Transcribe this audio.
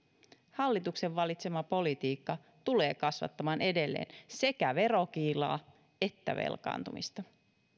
hallituksen valitsema politiikka tulee kasvattamaan edelleen sekä verokiilaa että velkaantumista